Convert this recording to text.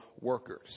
workers